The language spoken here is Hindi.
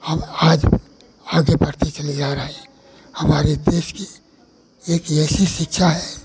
हम आज आगे बढ़ते चले जा रहे हैं हमारे देश की एक यह ऐसी शिक्षा है